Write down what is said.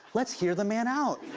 let's hear the man out.